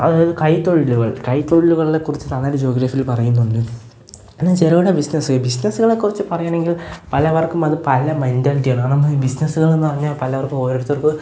അതായത് കൈ തൊഴിലുകൾ കൈ തൊഴിലുകളെ കുറിച്ച് നന്നായിട്ട് ജോഗ്രഫിയിൽ പറയുന്നുണ്ട് ചെറുകിട ബിസിനസ്സുകളെക്കുറിച്ച് പറയണമെങ്കിൽ പലവർക്കും അത് പല മെന്റാലിറ്റിയാണ് ബിസിനസ്സുകളെന്നു പറഞ്ഞാൽ എല്ലാവര്ക്കും ഓരോരുത്തര്ക്കും